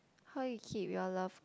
how you keep your love